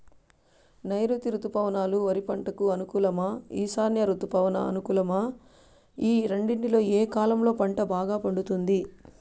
నైరుతి రుతుపవనాలు వరి పంటకు అనుకూలమా ఈశాన్య రుతుపవన అనుకూలమా ఈ రెండింటిలో ఏ కాలంలో పంట బాగా పండుతుంది?